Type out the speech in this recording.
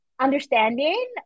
understanding